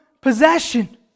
possession